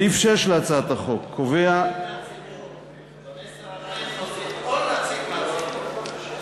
אדוני שר הפנים, תוסיף עוד נציג מהציבור.